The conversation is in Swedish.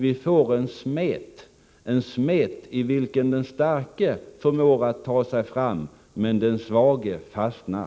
Vi får en smet, i vilken de starka förmår att ta sig fram men där de svaga fastnar.